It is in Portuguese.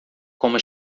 coma